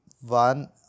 one